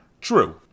True